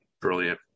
Brilliant